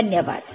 धन्यवाद